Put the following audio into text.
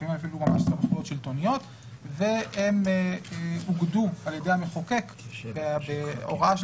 לפעמים אפילו רשויות שלטוניות והם אוגדו על ידי המחוקק בהוראה של